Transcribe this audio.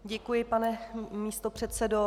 Děkuji, pane místopředsedo.